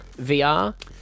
VR